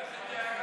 היה גם גרינצווייג.